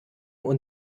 und